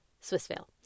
Swissvale